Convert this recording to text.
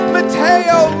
Mateo